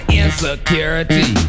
insecurity